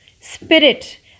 Spirit